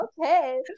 okay